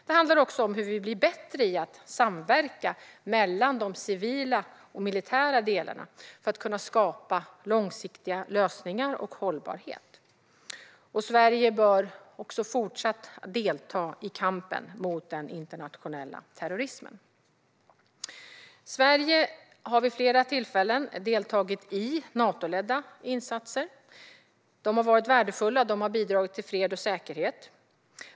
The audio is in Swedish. Det handlar också om hur vi blir bättre i samverkan mellan civila och militära delar för att kunna skapa långsiktiga lösningar och hållbarhet. Sverige bör även i fortsättningen delta i kampen mot den internationella terrorismen. Sverige har vid flera tillfällen deltagit i Natoledda insatser. De har varit värdefulla och har bidragit till fred och säkerhet.